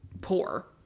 poor